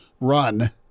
run